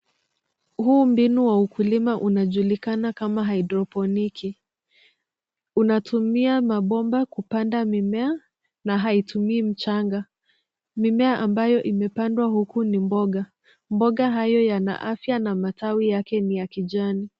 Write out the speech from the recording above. Huu mbinu wa ukulima unajulikana kama hydroponiki, unatumia mabomba kupanda mimea na haitumii mchanga. Mimea ambayo imepandwa huku ni mboga, mboga hayo yana afya na matawi yake ni ya kijani.